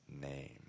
name